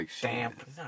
damp